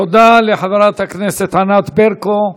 תודה לחברת הכנסת ענת ברקו.